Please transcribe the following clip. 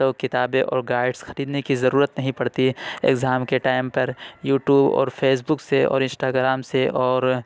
تو کتابیں اور گائیڈس خریدنے کی ضرورت نہیں پڑتی ایگزام کے ٹائم پر یو ٹیوب اور فیس بک سے اور انسٹاگرام سے اور